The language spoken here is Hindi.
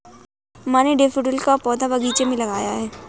माँ ने डैफ़ोडिल का पौधा बगीचे में लगाया है